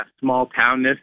small-townness